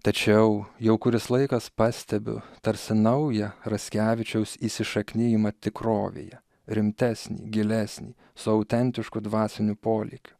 tačiau jau kuris laikas pastebiu tarsi naują raskevičiaus įsišaknijimą tikrovėje rimtesnį gilesnį su autentišku dvasiniu polėkiu